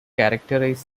characterize